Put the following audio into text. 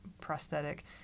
prosthetic